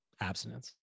abstinence